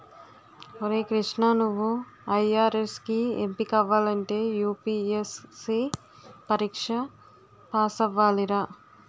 ఒరే కృష్ణా నువ్వు ఐ.ఆర్.ఎస్ కి ఎంపికవ్వాలంటే యూ.పి.ఎస్.సి పరీక్ష పేసవ్వాలిరా